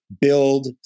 build